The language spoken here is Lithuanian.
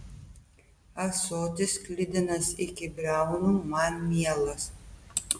ąsotis sklidinas iki briaunų man mielas